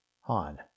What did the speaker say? Han